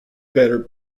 better